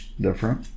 different